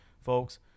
folks